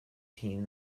team